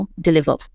deliver